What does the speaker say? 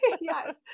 Yes